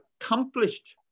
accomplished